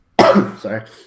sorry